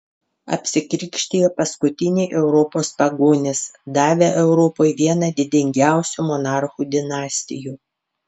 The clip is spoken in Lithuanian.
apsikrikštijo paskutiniai europos pagonys davę europai vieną didingiausių monarchų dinastijų